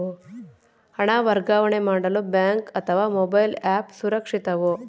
ಹಣ ವರ್ಗಾವಣೆ ಮಾಡಲು ಬ್ಯಾಂಕ್ ಅಥವಾ ಮೋಬೈಲ್ ಆ್ಯಪ್ ಸುರಕ್ಷಿತವೋ?